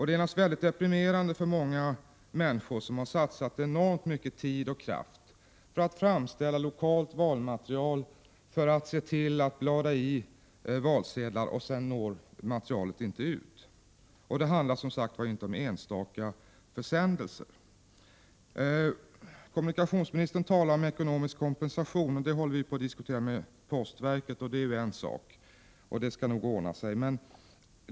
Det är naturligtvis mycket deprimerande för många människor som har satsat enormt mycket tid och kraft på att framställa lokalt valmaterial och som har bladat i valsedlar när materialet sedan inte når ut. Det handlar alltså inte om enstaka försändelser. Kommunikationsministern talar om ekonomisk kompensation, och en sådan håller vi på att diskutera med postverket. Det är en sak för sig, och den skall nog ordna sig.